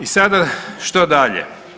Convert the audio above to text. I sada što dalje?